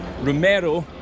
Romero